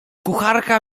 kucharka